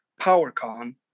PowerCon